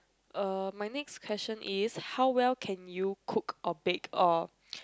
uh my next question is how well can you cook or bake or